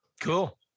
Cool